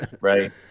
right